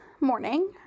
morning